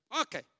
Okay